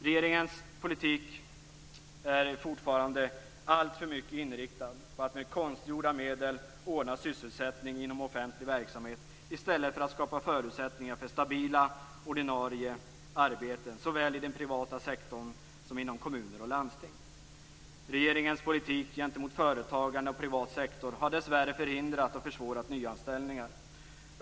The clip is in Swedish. Regeringens politik är fortfarande alltför mycket inriktad på att med konstgjorda medel ordna sysselsättning inom offentlig verksamhet i stället för att skapa förutsättningar för stabila ordinarie arbeten såväl i den privata sektorn som inom kommuner och landsting. Regeringens politik gentemot företagande och privat sektor har dessvärre förhindrat och försvårat nyanställningar.